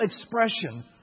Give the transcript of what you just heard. expression